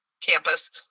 campus